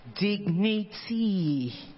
dignity